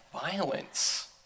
violence